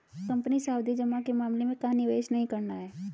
Company सावधि जमा के मामले में कहाँ निवेश नहीं करना है?